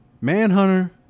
Manhunter